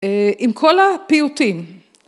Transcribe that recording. עם כל הפיוטים.